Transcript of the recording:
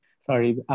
Sorry